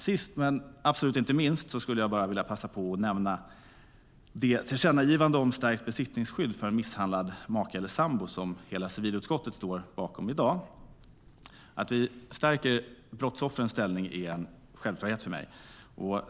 Sist men absolut inte minst skulle jag vilja passa på att nämna det tillkännagivande om stärkt besittningsskydd för misshandlad maka eller sambo som hela civilutskottet står bakom i dag. Att vi stärker brottsoffrens ställning är en självklarhet för mig.